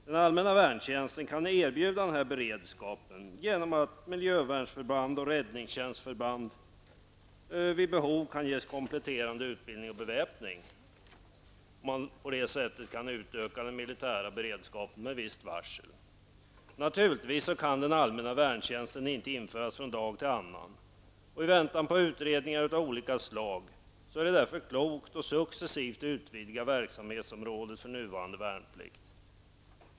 Den allmänna värntjänsten kan erbjuda en sådan beredskap genom att miljövärnsförband och räddningstjänstförband vid behov kan ges kompletterande utbildning och beväpning. På det sättet kan man öka den militära beredskapen med visst varsel. Naturligtvis kan den allmänna värntjänsten inte införas från den ena dagen till den andra. I väntan på utredningar av olika slag är det därför klokt att successivt utvidga verksamhetsområdet för nuvarande värnplikt.